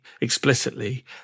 explicitly